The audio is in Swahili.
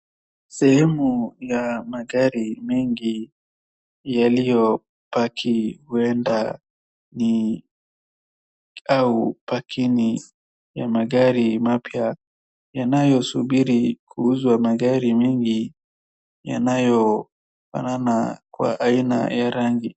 Sehemu ya magari mengi yaliyopaki huenda ni au pakini hii ya magari mapya yanayosubiri kuuzwa. Magari mingi yanayofanana kwa aina ya rangi.